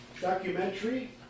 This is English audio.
documentary